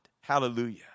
Hallelujah